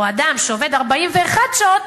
או אדם שעובד 41 שעות,